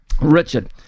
richard